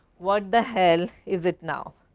what the hell is it now?